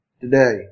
today